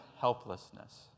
helplessness